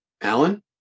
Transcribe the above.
Alan